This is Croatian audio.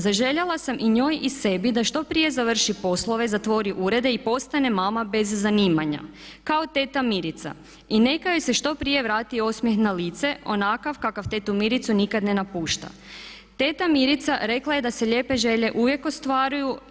Zaželjela sam i njoj i sebi da što prije završi poslove, zatvori urede i postane mama bez zanimanja kao teta Mirica i neka joj se što prije vrati osmijeh na lice onakav kakav tetu Miricu nikad ne napušta.“ Teta Mirica rekla je da se lijepe želje uvijek ostvaruju.